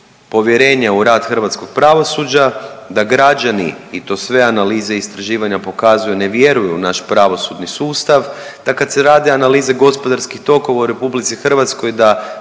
povjerenja u rad hrvatskog pravosuđa, da građani i to sve analize i istraživanja pokazuju ne vjeruju u naš pravosudni sustav, da kad se rade analize gospodarskih tokova u RH da